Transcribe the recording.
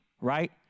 right